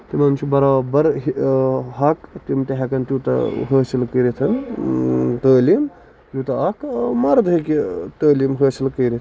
یِم چھِ برابر حہِ حق تِم تہِ ہٮ۪کن توٗتاہ خٲصِل کٔرِتھن تعلیٖم یوٗتاہ اکھ مَرٕد ہٮ۪کہِ تعلیٖم حٲصِل کٔرِتھ